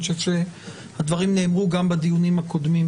אני חושב שהדברים נאמרו גם בדיונים הקודמים,